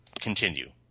continue